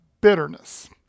bitterness